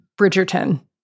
Bridgerton